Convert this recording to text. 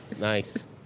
Nice